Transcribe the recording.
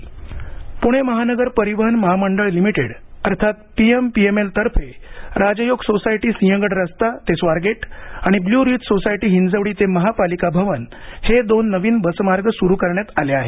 बसमार्ग पुणे महानगर परिवहन महामंडळ लिमिटेड अर्थात पीएमपीएमएलतर्फे राजयोग सोसायटी सिंहगड रस्ता ते स्वारगेट आणि ब्लू रिज सोसायटी हिंजवडी ते महापालिका भवन हे दोन नवीन बसमार्ग सुरू करण्यात आले आहेत